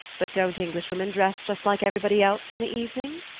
but don't englishwomen dress just like everybody else in the evening?